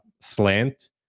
slant